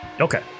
Okay